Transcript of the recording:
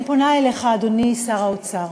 אני פונה אליך, אדוני שר האוצר,